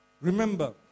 remember